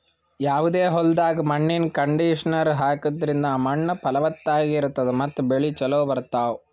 ಯಾವದೇ ಹೊಲ್ದಾಗ್ ಮಣ್ಣಿನ್ ಕಂಡೀಷನರ್ ಹಾಕದ್ರಿಂದ್ ಮಣ್ಣ್ ಫಲವತ್ತಾಗಿ ಇರ್ತದ ಮತ್ತ್ ಬೆಳಿ ಚೋಲೊ ಬರ್ತಾವ್